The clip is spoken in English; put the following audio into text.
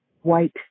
white